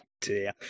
dear